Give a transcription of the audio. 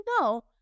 no